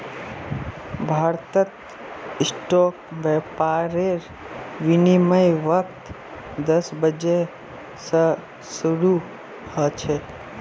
भारतत स्टॉक व्यापारेर विनियमेर वक़्त दस बजे स शरू ह छेक